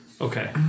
Okay